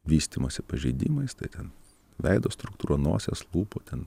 vystymosi pažeidimais tai ten veido struktūra nosies lūpų ten